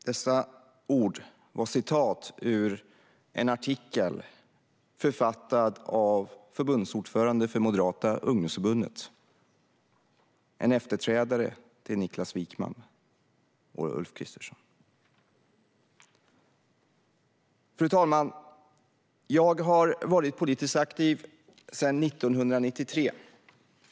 Dessa ord var citat ur en artikel författad av förbundsordföranden för Moderata ungdomsförbundet, en efterträdare till Niklas Wykman och Ulf Kristersson. Fru talman! Jag har varit politiskt aktiv sedan 1993.